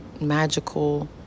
magical